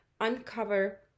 uncover